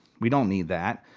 we don't need that.